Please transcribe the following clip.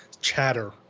chatter